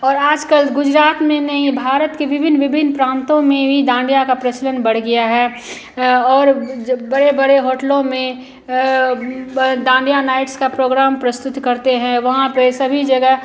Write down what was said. और आज कल गुजरात में नहीं भारत के विभिन्न विभिन्न प्राँतों में भी डाँडिया का प्रचलन बढ़ गया है और जब बड़े बड़े होटलों में बह डांडिया नाइट्स का प्रोग्राम प्रस्तुत करते हैं वहाँ पर सभी जगह